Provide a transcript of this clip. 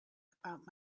about